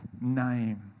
name